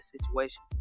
situation